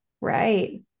right